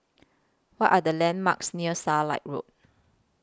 What Are The landmarks near Starlight Road